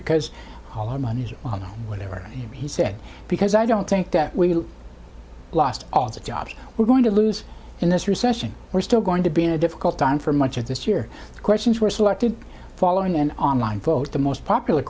because all our money as you well know whatever he said because i don't think that we lost all the jobs we're going to lose in this recession we're still going to be in a difficult time for much of this year the questions were selected following an online vote the most popular